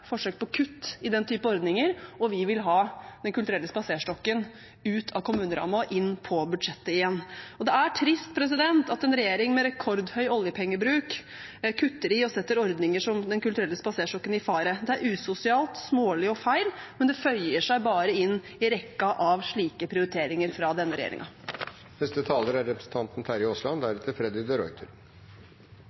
forsøk på kutt i den type ordninger, og vi vil ha Den kulturelle spaserstokken ut av kommunerammen og inn på budsjettet igjen. Det er trist at en regjering med rekordhøy oljepengebruk kutter i og setter ordninger som Den kulturelle spaserstokken i fare. Det er usosialt, smålig og feil, men det føyer seg bare inn i rekken av slike prioriteringer fra denne regjeringen. Helseminister Høies manglende evne til å følge opp egne valgløfter har blitt nevnt flere ganger i debatten. Det er